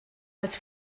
als